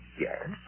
Yes